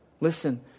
Listen